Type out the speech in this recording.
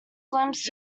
glimpsed